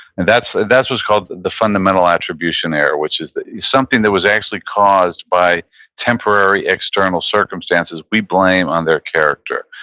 and that's that's what's called the fundamental attribution error, which is something that was actually caused by temporary external circumstances, we blame on their character.